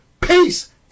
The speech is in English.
Peace